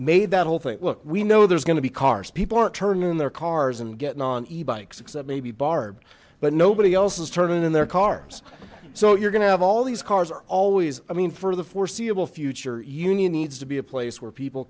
made that whole thing look we know there's gonna be cars people are turning in their cars and getting on ebikes except maybe barb but nobody else is turning in their cars so you're gonna have all these cars are always i mean for the foreseeable future union needs to be a place where people